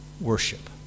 worship